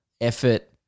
effort